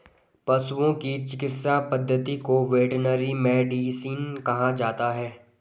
पशुओं की चिकित्सा पद्धति को वेटरनरी मेडिसिन कहा जाता है